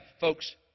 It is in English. Folks